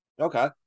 Okay